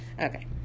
Okay